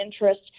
interest